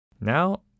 Now